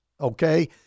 okay